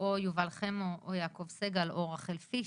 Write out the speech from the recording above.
או יובל חמו, או יעקב סגל, או רחל פיש?